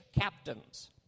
captains